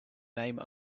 name